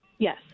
Yes